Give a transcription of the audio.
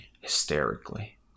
hysterically